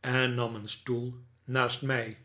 en nam een stoel naast mij